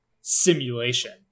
Simulation